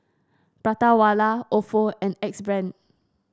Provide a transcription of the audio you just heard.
Prata Wala Ofo and Axe Brand